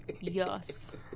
Yes